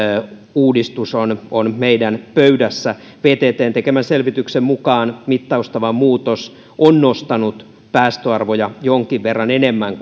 uudistus on on meidän pöydässä vttn tekemän selvityksen mukaan mittaustavan muutos on nostanut päästöarvoja jonkin verran enemmän